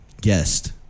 guest